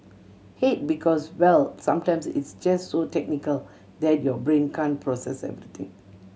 hate because well sometimes it's just so technical that your brain can process everything